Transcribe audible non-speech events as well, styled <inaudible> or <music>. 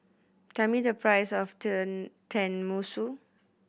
tell me the price of <unintelligible> Tenmusu